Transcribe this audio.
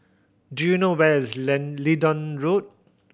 do you know where is Leedon Road